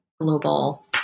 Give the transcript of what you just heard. global